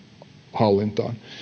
hallintaan